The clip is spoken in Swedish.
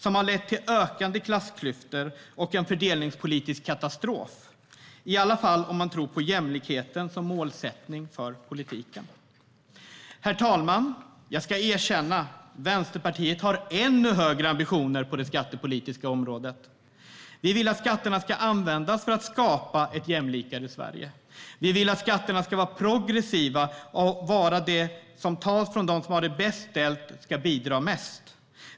Den har lett till ökande klassklyftor och en fördelningspolitisk katastrof, i alla fall om man tror på jämlikheten som målsättning för politiken. Herr talman! Jag ska erkänna att Vänsterpartiet har ännu högre ambitioner på det skattepolitiska området. Vi vill att skatterna ska användas för att skapa ett mer jämlikt Sverige. Vi vill att skatterna ska vara progressiva och att de som har det bäst ställt ska bidra mest.